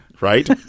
Right